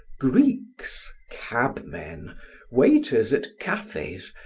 greeks, cabmen, waiters at cafes,